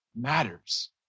matters